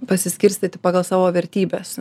pasiskirstyti pagal savo vertybes